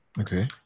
Okay